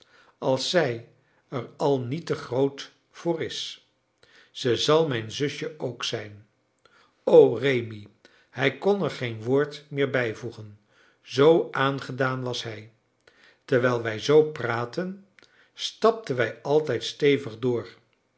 als zij er al niet te groot voor is ze zal mijn zusje ook zijn o rémi hij kon er geen woord meer bijvoegen zoo aangedaan was hij terwijl wij zoo praatten stapten wij altijd stevig door